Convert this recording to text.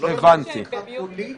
היא של אמון הממשלה בציבור.